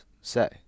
say